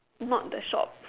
not that shop